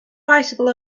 bicycle